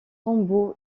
tombeau